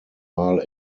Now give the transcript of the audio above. mal